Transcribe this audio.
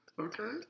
Okay